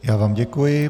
Já vám děkuji.